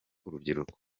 urubyiruko